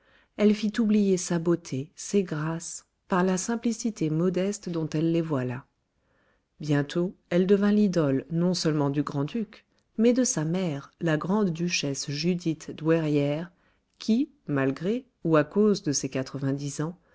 elle fit oublier sa beauté ses grâces par la simplicité modeste dont elle les voila bientôt elle devint l'idole non-seulement du grand-duc mais de sa mère la grande-duchesse judith douairière qui malgré ou à cause de ses quatre-vingt-dix ans